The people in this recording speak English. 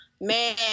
man